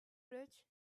rich